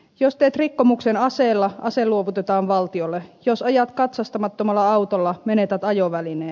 jos teet rikkomuksen aseella ase luovutetaan valtiolle jos ajat katsastamattomalla autolla menetät ajovälineen